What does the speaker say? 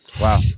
Wow